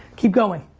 keep going.